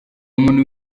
umuntu